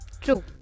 True